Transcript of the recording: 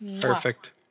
Perfect